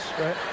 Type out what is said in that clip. right